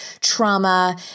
trauma